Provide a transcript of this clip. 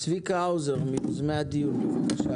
צביקה האוזר, בבקשה.